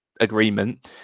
agreement